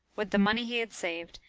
with the money he had saved,